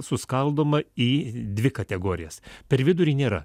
suskaldoma į dvi kategorijas per vidurį nėra